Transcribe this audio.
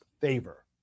favor